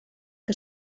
que